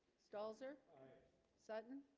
stalls er sutton